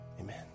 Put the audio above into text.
amen